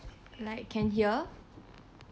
like can hear